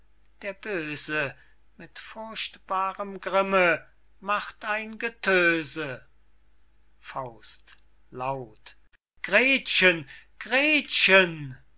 der böse mit furchtbarem grimme macht ein getöse faust laut gretchen gretchen